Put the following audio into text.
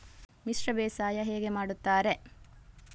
ಮಿಶ್ರ ಬೇಸಾಯ ಹೇಗೆ ಮಾಡುತ್ತಾರೆ?